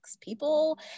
People